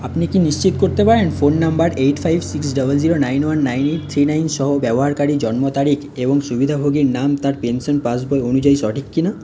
আপনি কি নিশ্চিত করতে পারেন phone number eight five six double zero nine one nine eight three nine সহ ব্যবহারকারীর জন্মতারিখ এবং সুবিধাভোগীর নাম তার পেনশন পাসবই অনুযায়ী সঠিক কি না